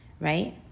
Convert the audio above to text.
right